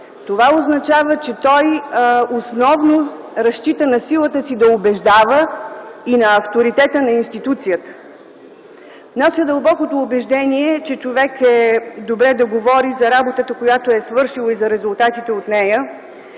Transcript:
Това означава, че той основно разчита на силата си да убеждава и на авторитета на институцията. Нося дълбокото убеждение, че човек е добре да говори за работата, която е свършил и за резултатите от нея,